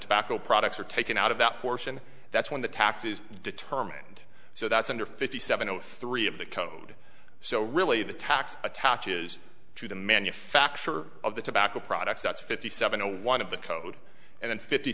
tobacco products are taken out of that portion that's when the tax is determined so that's under fifty seven zero three of the code so really the tax attaches to the manufacturer of the tobacco products that's fifty seven a one of the code and then fifty